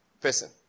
person